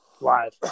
live